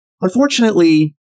Unfortunately